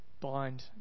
bind